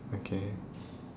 okay